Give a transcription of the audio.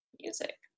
music